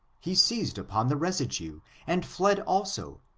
he seized upon the residue and fled also,